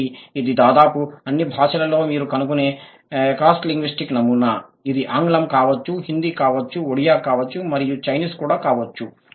కాబట్టి ఇది దాదాపు అన్ని భాషల్లో మీరు కనుగొనే క్రాస్ లింగ్విస్టిక్ నమూనా ఇది ఆంగ్లం కావచ్చు హిందీ కావచ్చు ఒడియా కావచ్చు మరియు చైనీస్ కూడా కావచ్చు